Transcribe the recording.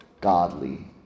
godly